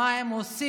מה הם עושים,